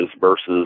versus